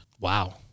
Wow